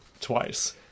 twice